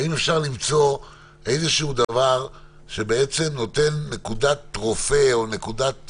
האם אפשר למצוא איזשהו דבר שמבטיח נקודת רופא או נקודת